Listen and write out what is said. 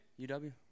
UW